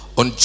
on